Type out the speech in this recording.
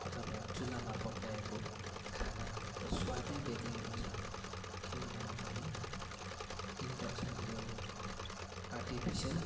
अथवा चुलामा पकाएको खानाको स्वादै बेग्लै हुन्छ कि होइन भने इन्डक्सन यो आर्टिफिसियल